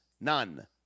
none